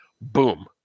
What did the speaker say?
boom